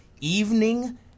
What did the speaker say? evening